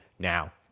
Now